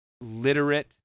literate